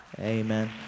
Amen